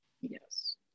Yes